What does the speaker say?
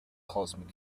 cosmic